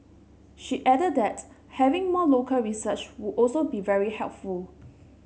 she added that having more local research would also be very helpful